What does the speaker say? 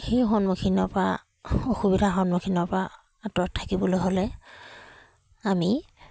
সেই সন্মুখীনৰ পৰা অসুবিধাৰ সন্মুখীনৰ পৰা আঁতৰত থাকিবলৈ হ'লে আমি